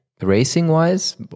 racing-wise